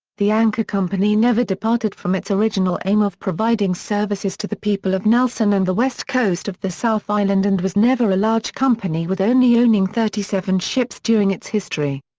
the anchor company never departed from its original aim of providing services to the people of nelson and the west coast of the south island and was never a large company with only owning thirty seven ships during its history.